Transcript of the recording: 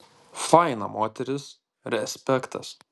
faina moteris respektas